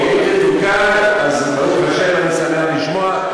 אם זה תוקן אז ברוך השם, אני שמח לשמוע.